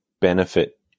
benefit